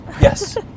Yes